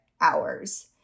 hours